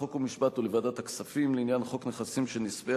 חוק ומשפט ולוועדת הכספים לעניין חוק נכסים של נספי